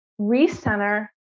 recenter